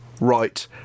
right